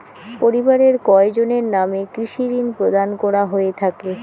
পরিবারের কয়জনের নামে কৃষি ঋণ প্রদান করা হয়ে থাকে?